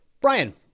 Brian